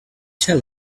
tell